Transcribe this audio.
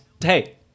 hey